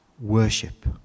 Worship